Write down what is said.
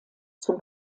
zum